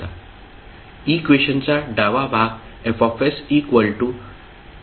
इक्वेशनचा डावा भाग F f